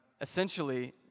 Essentially